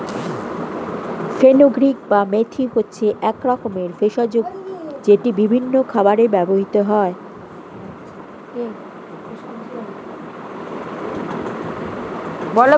fenugreek বা মেথি হচ্ছে এক রকমের ভেষজ যেটি বিভিন্ন খাবারে ব্যবহৃত হয়